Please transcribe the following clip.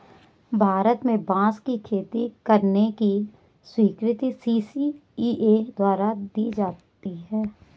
भारत में बांस की खेती करने की स्वीकृति सी.सी.इ.ए द्वारा दी जाती है